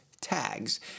Tags